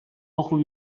окуп